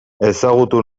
ezagutu